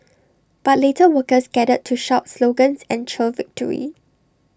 but later workers gathered to shout slogans and cheer victory